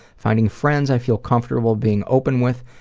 finding friends i feel comfortable being open with,